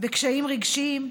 וקשיים רגשיים,